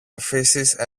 αφήσεις